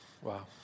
Wow